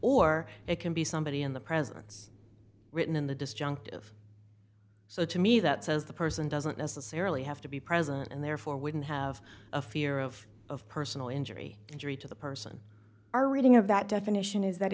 or it can be somebody in the presence written in the disjunctive so to me that says the person doesn't necessarily have to be present and therefore wouldn't have a fear of of personal injury injury to the person our reading of that definition is that